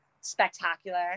spectacular